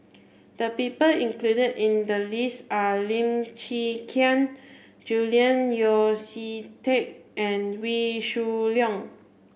the people included in the list are Lim Chwee Chian Julian Yeo See Teck and Wee Shoo Leong